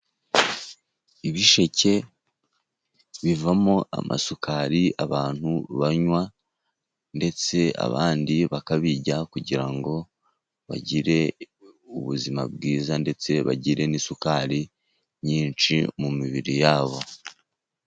Ibisheke bivamo amasukari abantu banywa, ndetse abandi bakabirya kugira ngo bagire ubuzima bwiza, ndetse bagire n'isukari nyinshi mu mibiri yabo.